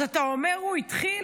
אז אתה אומר: הוא התחיל?